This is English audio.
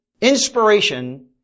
Inspiration